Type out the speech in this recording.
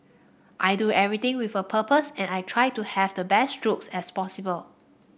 I do everything with a purpose and I try to have the best strokes as possible